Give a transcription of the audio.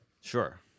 Sure